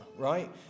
right